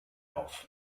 auf